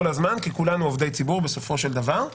הזמן כי כולנו עובדי ציבור בסופו של דבר,